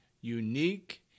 unique